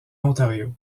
ontario